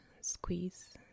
Squeeze